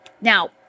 Now